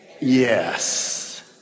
yes